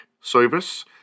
service